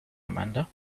amanda